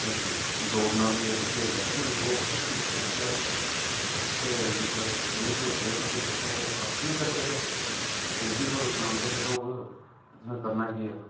दौडना बी इक खेल ऐ ते ओह् मतलब खेलचै खेल जेहका तुस नेईं खेलगे तां फ्ही तुस कक्ख नेईं करी सकदे जिंद तुंदी सलामत नेईं रौहग तुसें करना गै केह् है